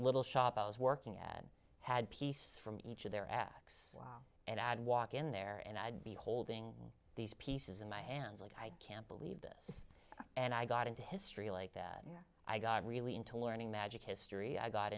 little shop i was working at had piece from each of their acts and i'd walk in there and i'd be holding these pieces in my hands like i can't believe this and i got into history like that i got really into learning magic history i got